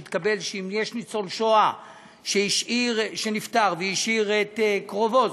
אם יש ניצול שואה שנפטר והשאיר את קרובו,